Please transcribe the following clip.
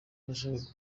barashaka